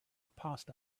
passed